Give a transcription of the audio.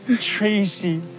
Tracy